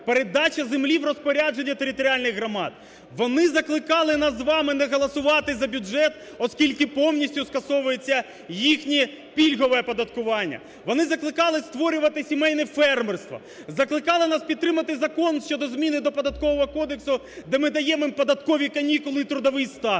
передача землі в розпорядження територіальних громад. Вони закликали нас з вами не голосувати за бюджет, оскільки повністю скасовується їхнє пільгове оподаткування. Вони закликали створювати сімейне фермерство, закликали нас підтримати закон щодо зміни до Податкового кодексу, де ми даємо їм податкові канікули і трудовий стаж.